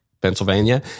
Pennsylvania